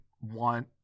want